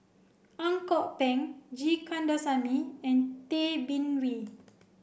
Ang Kok Peng G Kandasamy and Tay Bin Wee